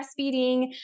breastfeeding